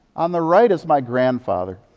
on the right is my grandfather,